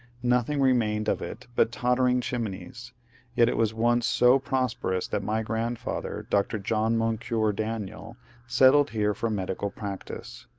nothing remained of it but tottering chimneys, yet it was once so prosperous that my grandfather dr. john moncure daniel settled here for medical practice.